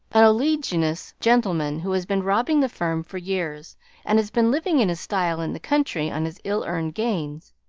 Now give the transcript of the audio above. an oleaginous gentleman who has been robbing the firm for years and has been living in style in the country on his ill-earned gains.